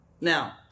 Now